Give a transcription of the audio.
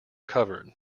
covered